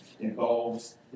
involves